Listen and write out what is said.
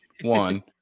One